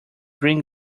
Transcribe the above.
bring